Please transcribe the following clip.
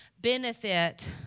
benefit